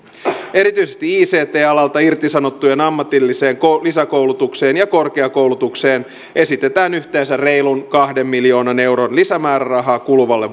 erityisesti ict alalta irtisanottujen ammatilliseen lisäkoulutukseen ja korkeakoulutukseen esitetään yhteensä reilun kahden miljoonan euron lisämäärärahaa kuluvalle